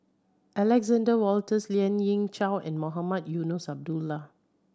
Alexander Wolters Lien Ying Chow and Mohamed Eunos Abdullah